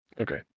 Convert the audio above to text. Okay